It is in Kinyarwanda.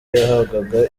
yahabwaga